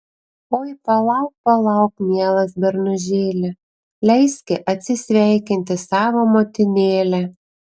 oi palauk palauk mielas bernužėli leiski atsisveikinti savo motinėlę